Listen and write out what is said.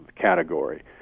category